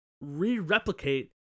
re-replicate